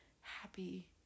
happy